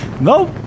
Nope